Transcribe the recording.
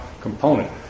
component